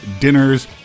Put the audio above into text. Dinners